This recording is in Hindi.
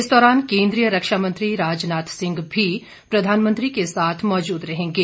इस दौरान केन्द्रीय रक्षामंत्री राजनाथ सिंह भी प्रधानमंत्री के साथ मौजूद रहेंगे